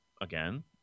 again –